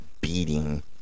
beating